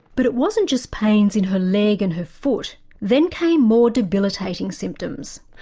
but it wasn't just pains in her leg and her foot then came more debilitating symptoms.